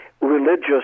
religious